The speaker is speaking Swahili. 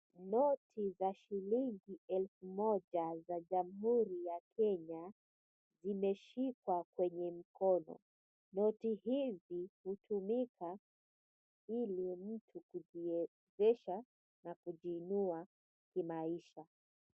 Noti za shilingi elfu moja za jamhuri ya Kenya zimeshikwa kwenye mkono. Noti hizi hutumika ili mtu kujiwezesha na kujiinua kimaisha.